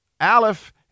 aleph